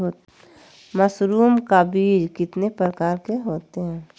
Mushroom का बीज कितने प्रकार के होते है?